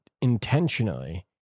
intentionally